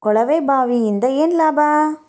ಕೊಳವೆ ಬಾವಿಯಿಂದ ಏನ್ ಲಾಭಾ?